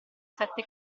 sette